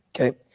okay